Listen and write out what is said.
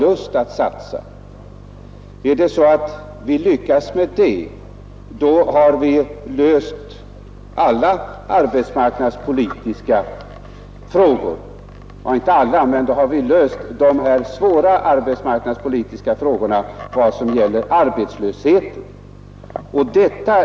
Lyckas vi med det, har vi visserligen inte löst alla arbetsmarknadspolitiska frågor, men vi har löst en del av problemen med den rådande arbetslösheten.